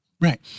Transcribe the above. Right